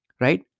right